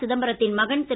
சிதம்பரத்தின் மகன் திரு